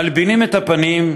// מלבינים את הפנים,